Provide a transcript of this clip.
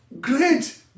great